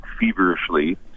feverishly